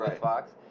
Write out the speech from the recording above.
Fox